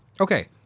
Okay